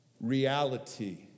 reality